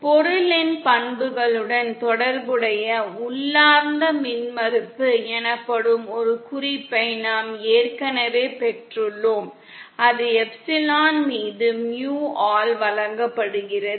பொருளின் பண்புகளுடன் தொடர்புடைய உள்ளார்ந்த மின்மறுப்பு எனப்படும் ஒரு குறிப்பை நாம் ஏற்கனவே பெற்றுள்ளோம் அது எப்சிலன் மீது mu ஆல் வழங்கப்படுகிறது